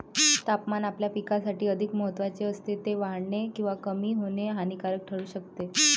तापमान आपल्या पिकासाठी अधिक महत्त्वाचे असते, ते वाढणे किंवा कमी होणे हानिकारक ठरू शकते